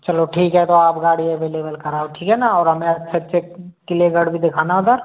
चलो ठीक है तो आप गाड़ी अवेलेबल कराओ ठीक है ना और हमें अच्छे अच्छे किले गढ़ भी दिखाना उधर